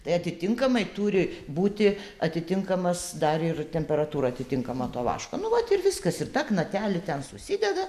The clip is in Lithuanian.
tai atitinkamai turi būti atitinkamas dar ir temperatūra atitinkama to vaško nu vat ir viskas ir tą knatelį ten susideda